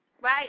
Right